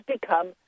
become